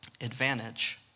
advantage